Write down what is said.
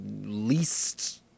least